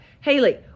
Haley